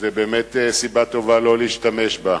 ובאמת זו סיבה טובה לא להשתמש בה.